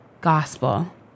gospel